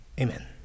Amen